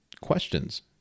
questions